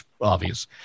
obvious